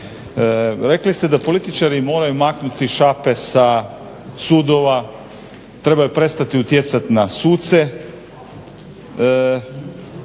Rekli ste da političari moraju maknuti šape sa sudova, trebaju prestati utjecati na suce